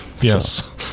Yes